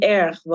erg